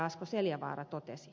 asko seljavaara totesi